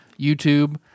YouTube